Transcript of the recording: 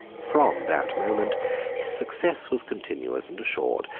from that moment his success was continuous and assured,